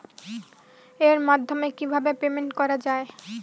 এর মাধ্যমে কিভাবে পেমেন্ট করা য়ায়?